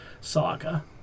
saga